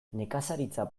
nekazaritza